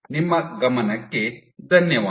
ನಿಮ್ಮ ಗಮನಕ್ಕೆ ಧನ್ಯವಾದಗಳು